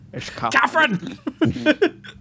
Catherine